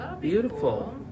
beautiful